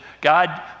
God